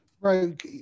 Right